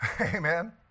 amen